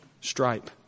stripe